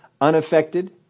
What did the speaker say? unaffected